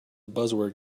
buzzword